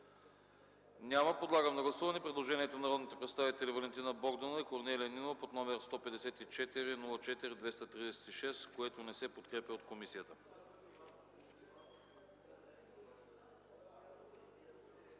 Няма. Подлагам на гласуване предложението на народните представители Валентина Богданова и Корнелия Нинова под № 154 04-236, което не се подкрепя от комисията.